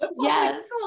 yes